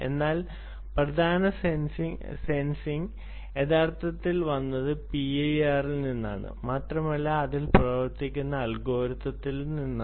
എന്നാൽ പ്രധാന സെൻസിംഗ് യഥാർത്ഥത്തിൽ വന്നത് പിഐആറിൽ നിന്നാണ് മാത്രമല്ല അതിൽ പ്രവർത്തിക്കുന്ന അൽഗോരിതം നിന്നാണ്